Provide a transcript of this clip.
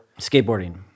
skateboarding